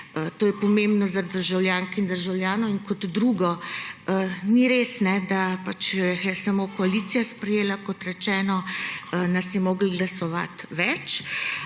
To je pomembno za državljanke in državljane. In kot drugo, ni res, da je samo koalicija sprejela, kot rečeno, nas je moralo glasovati več.